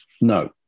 no